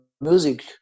music